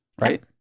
right